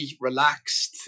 relaxed